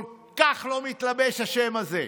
כל כך לא מתלבש, השם הזה.